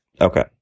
Okay